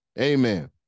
Amen